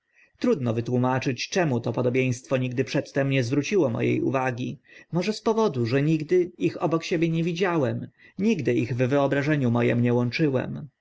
trudno wytłumaczyć czemu to podobieństwo nigdy przedtem nie zwróciło mo e uwagi może z powodu że nigdy ich obok siebie nie widziałem nigdy ich w wyobrażeniu moim nie łączyłem